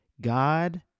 God